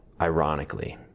ironically